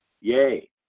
Yay